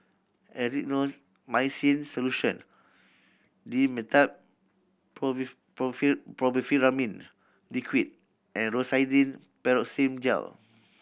Erythroymycin Solution Dimetapp Brompheniramine Liquid and Rosiden Piroxicam Gel